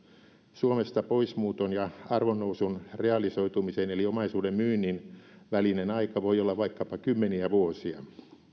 suomesta poismuuton ja arvonnousun realisoitumisen eli omaisuuden myynnin välinen aika voi olla vaikkapa kymmeniä vuosia